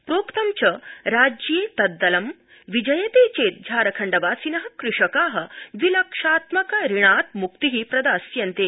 प्रोक्तं च राज्ये तद्दलं विजयते चेत् झारखण्डवासिन कृषका द्वि लक्षात्मकात् ऋणात् म्क्ति प्रदास्यन्ते